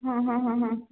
हां हां हां हां